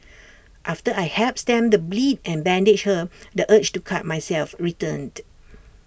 after I helped stem the bleed and bandaged her the urge to cut myself returned